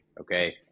okay